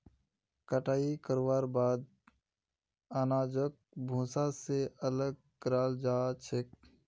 कटाई करवार बाद अनाजक भूसा स अलग कराल जा छेक